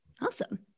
Awesome